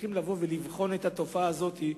צריכים לבוא ולבחון את התופעה הזאת,